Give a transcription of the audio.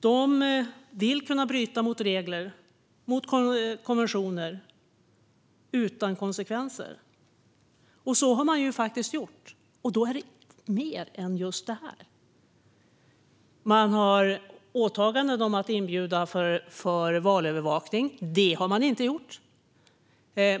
De vill kunna bryta mot regler och konventioner utan konsekvenser. Så har man gjort, och då gäller det mer än detta. Man har åtaganden om att skicka inbjudningar till valövervakning. Det har man inte gjort.